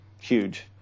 huge